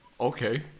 Okay